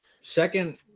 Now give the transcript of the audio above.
Second